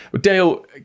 Dale